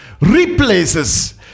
replaces